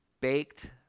baked